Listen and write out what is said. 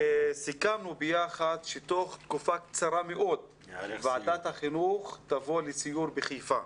וסיכמנו ביחד שתוך תקופה קצרה מאוד ועדת החינוך תבוא לסיור בחיפה.